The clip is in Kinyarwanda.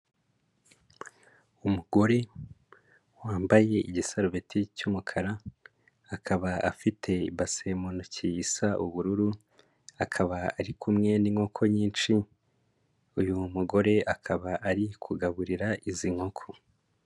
Umugore wambaye igisarubeti cy'umukara, akaba afite ibase mu ntoki isa ubururu, akaba ari kumwe n'inkoko nyinshi, uyu mugore akaba ari kugaburira izi nkoko.